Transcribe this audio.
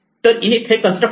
तर init हे constructor आहे